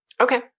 Okay